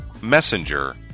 Messenger